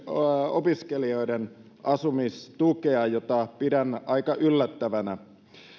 opiskelijoiden asumistukea mitä pidän aika yllättävänä